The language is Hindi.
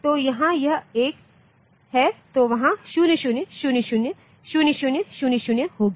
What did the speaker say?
तो जहां यह 1 है तो वहां 0000 0000 होगा